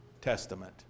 Testament